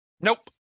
Nope